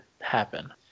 happen